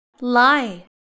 lie